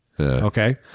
Okay